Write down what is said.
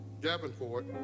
Davenport